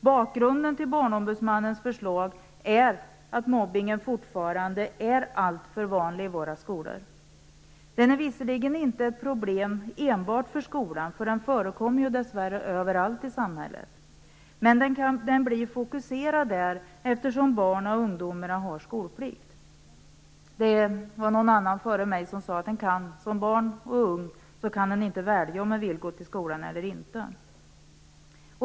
Bakgrunden till Barnombudsmannens förslag är att mobbning fortfarande är alltför vanligt i våra skolor. Mobbningen är visserligen inte ett problem enbart för skolan. Den förekommer ju, dess värre, överallt i samhället. Det blir dock en fokusering på skolan, eftersom barn och ungdomar har skolplikt. Någon av talarna före mig sade att barn och unga inte kan välja att gå till skolan eller inte.